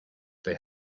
they